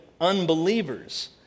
unbelievers